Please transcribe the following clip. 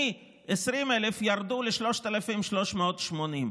מ-20,000 ירדו ל-3,380.